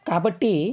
కాబట్టి